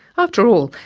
after all,